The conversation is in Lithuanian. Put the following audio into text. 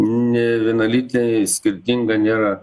nevienalytė skirtinga nėra